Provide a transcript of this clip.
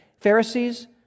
Pharisees